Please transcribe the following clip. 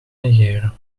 negeren